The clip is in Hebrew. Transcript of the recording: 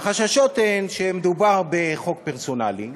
והחששות הם שמדובר בחוק פרסונלי,